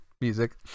music